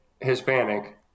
Hispanic